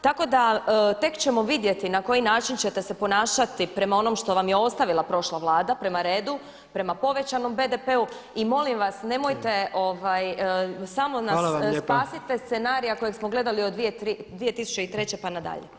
Tako da tek ćemo vidjeti na koji način ćete se ponašati prema onom što vam je ostavila prošla Vlada, prema redu, prema povećanom BDP-u i molim vas nemojte, samo nas spasite scenarija kojeg smo gledali od 2003. pa nadalje.